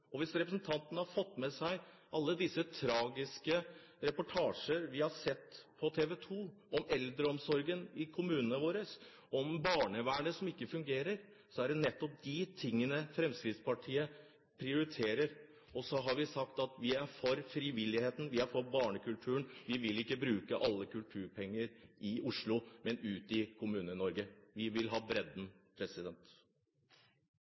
Hvis representanten har fått med seg alle de tragiske reportasjene på TV 2 om eldreomsorgen i kommunene våre og om barnevernet som ikke fungerer, vil hun se at det er nettopp dette Fremskrittspartiet prioriterer. Så har vi sagt at vi er for frivilligheten og for barnekulturen. Vi vil ikke bruke alle kulturpengene i Oslo, men ute i Kommune-Norge. Vi vil ha